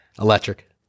Electric